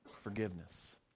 forgiveness